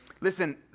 Listen